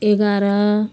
एघार